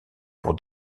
pour